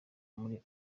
muri